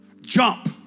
Jump